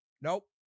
Nope